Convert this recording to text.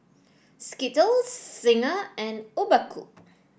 Skittles Singha and Obaku